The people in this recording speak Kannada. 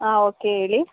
ಹಾಂ ಓಕೆ ಹೇಳಿ